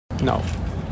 No